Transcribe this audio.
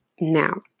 Now